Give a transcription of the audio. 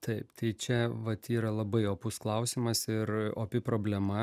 taip tai čia vat yra labai opus klausimas ir opi problema